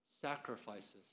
sacrifices